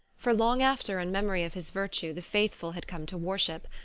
for long after in memory of his virtue the faithful had come to worship,